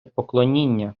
поклоніння